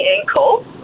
ankle